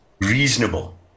reasonable